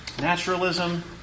naturalism